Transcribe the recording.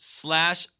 slash